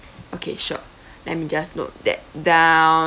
okay sure let me just note that down